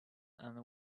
and